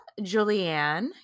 Julianne